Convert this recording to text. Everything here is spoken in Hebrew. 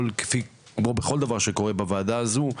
כמו בכל דבר שקורה בוועדה הזו,